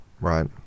right